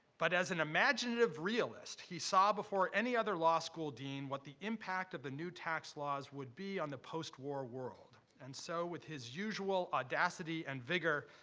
but, as an imaginative realist, he saw before any other law school dean what the impact of the new tax laws would be on the post-war world. and so, with his usual audacity and vigor,